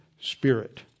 spirit